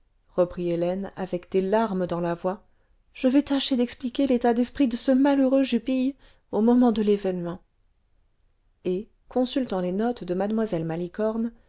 reprit hélène avec des larmes dans la voix je vais tâcher d'expliquer l'état d'esprit de ce malheureux jupille au moment de l'événement et consultant les notes de mademoiselle malicorne